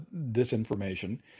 disinformation